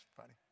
funny